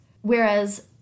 whereas